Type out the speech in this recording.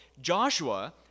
Joshua